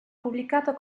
pubblicato